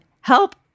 help